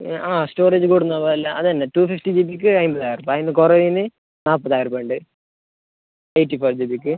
ആ സ്റ്റോറേജ് കൂടുന്നതും അല്ല അതന്നെ ടു ഫിഫ്റ്റി ജി ബിക്ക് അൻപതായിരം ഉർപ്യ അതിൻ്റെ കുറവിന് നാൽപ്പതായിരം ഉർപ്യയുണ്ട് നൂറ്റി പതിനഞ്ച് ജി ബിക്ക്